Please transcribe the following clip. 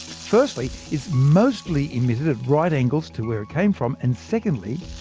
first, like it's mostly emitted at right angles to where it came from, and secondly,